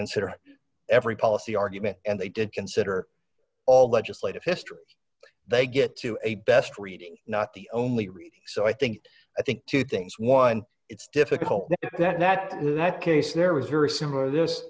consider every policy argument and they did consider all legislative history they get to a best reading not the only read so i think i think two things one it's difficult that nat that case there was very similar